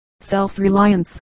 self-reliance